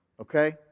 Okay